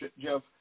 Jeff